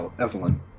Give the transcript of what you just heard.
Evelyn